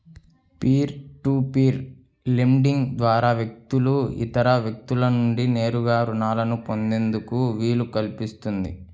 peer to peer lending ద్వారా వ్యక్తులు ఇతర వ్యక్తుల నుండి నేరుగా రుణాలను పొందేందుకు వీలు కల్పిస్తుంది